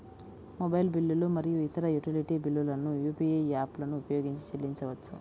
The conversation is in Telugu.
మొబైల్ బిల్లులు మరియు ఇతర యుటిలిటీ బిల్లులను యూ.పీ.ఐ యాప్లను ఉపయోగించి చెల్లించవచ్చు